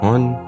One